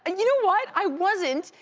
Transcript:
and you know what, i wasn't,